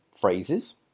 phrases